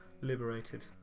liberated